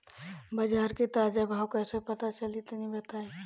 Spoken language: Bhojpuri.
बाजार के ताजा भाव कैसे पता चली तनी बताई?